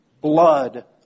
blood